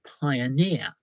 pioneer